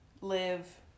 live